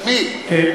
של מי?